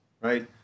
right